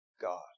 God